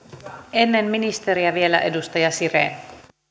ennen ministeriä vielä edustaja siren